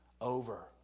over